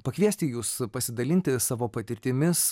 pakviesti jus pasidalinti savo patirtimis